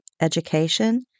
education